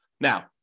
Now